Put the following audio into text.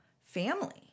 family